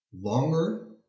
longer